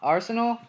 Arsenal